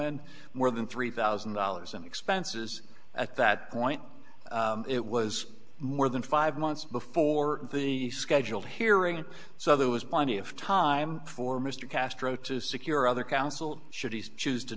and more than three thousand dollars in expenses at that point it was more than five months before the scheduled hearing so there was plenty of time for mr castro to secure other counsel sho